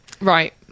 Right